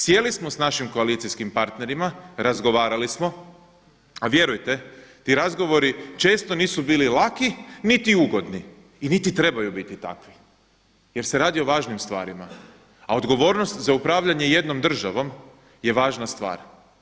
Sjeli smo sa našim koalicijskim partnerima, razgovarali smo a vjerujte ti razgovori često nisu bili laki niti ugodni i niti trebaju biti takvi jer se radi o važnim stvarima a odgovornost za upravljanje jednom državom je važna stvar.